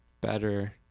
better